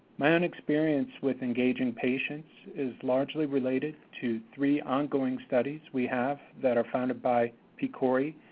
my own experience with engaging patients is largely related to three ongoing studies we have that are funded by pcori,